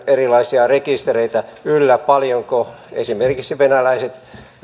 erilaisia rekistereitä yllä paljonko esimerkiksi venäläiset